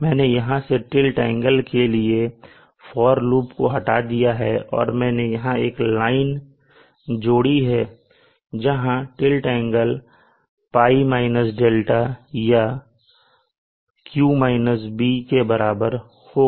मैंने यहां से टिल्ट एंगल के लिए पार लूप को हटा दिया है और मैंने यहां एक लाइन जोड़ी है जहां टिल्ट एंगल Π - 𝛿 या के बराबर होगा